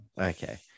Okay